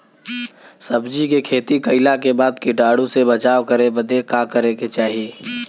सब्जी के खेती कइला के बाद कीटाणु से बचाव करे बदे का करे के चाही?